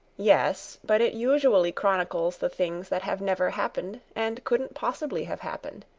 yes, but it usually chronicles the things that have never happened, and couldn't possibly have happened.